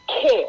care